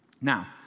Now